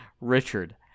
Richard